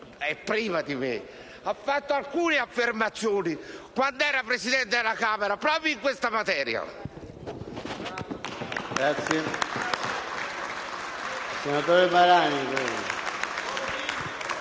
e prima di me, ha fatto alcune affermazioni quando era Presidente della Camera proprio su questa materia.